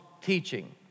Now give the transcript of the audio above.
teaching